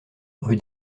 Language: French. rue